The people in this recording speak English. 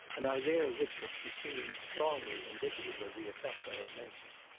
and i there witnessed a scene strongly indicative of the effect i have mentioned.